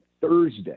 Thursday